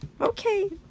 Okay